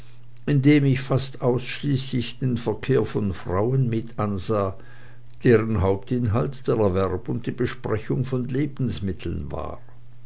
indem ich fast ausschließlich den verkehr von frauen mit ansah dessen hauptinhalt der erwerb und die besprechung von lebensmitteln war